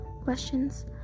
questions